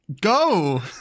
Go